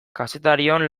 kazetarion